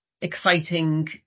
exciting